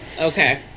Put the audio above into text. okay